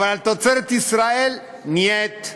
אבל על תוצרת ישראל: "נייט",